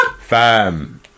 Fam